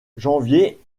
janvier